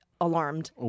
alarmed